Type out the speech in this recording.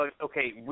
okay